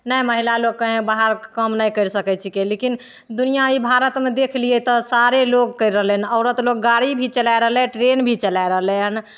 नहि महिला लोक कहीँ बाहर काम नहि करि सकै छिकै लेकिन दुनिया ई भारतमे देखि लिए तऽ सारे लोक करि रहलै औरत लोक गाड़ी भी चलै रहलै ट्रेन भी चलै रहलै हँ